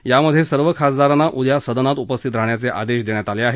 यात सर्व खासदारांना उद्या सदनात उपस्थित राहण्याचे आदेश देण्यात आले आहेत